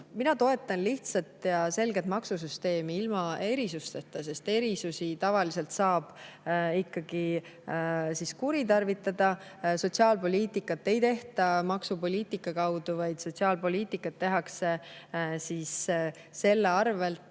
Mina toetan lihtsat ja selget maksusüsteemi ilma erisusteta, sest erisusi saab tavaliselt ikkagi kuritarvitada. Sotsiaalpoliitikat ei tehta maksupoliitika kaudu, vaid sotsiaalpoliitikat tehakse toetustega,